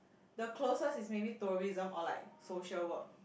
the closest is maybe tourism or like social work